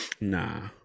Nah